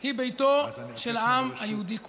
היא ביתו של העם היהודי כולו.